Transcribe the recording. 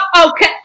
okay